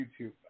YouTube